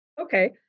okay